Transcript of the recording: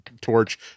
torch